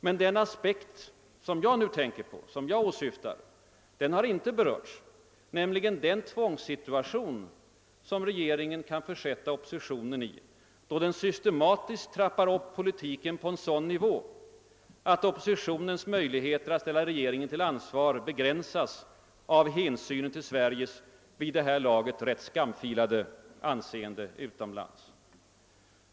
Men den aspekt som jag nu tänker på och som jag åsyftar har inte berörts, nämligen den tvångssituation som regeringen kan försätta oppositionen i då den systematiskt trappar upp politiken på en sådan nivå att oppositionens möjligheter att ställa regeringen till ansvar begränsas av hänsynen till Sveriges vid det här laget rätt skamfilade anseende utomlands.